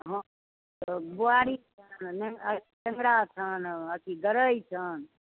हँ तऽ बुआरी छनि नहि आ टेंगरा छनि अथि गरै छनि